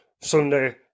Sunday